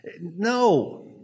No